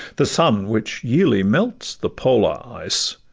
the sun, which yearly melts the polar ice,